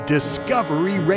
Discovery